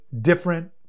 different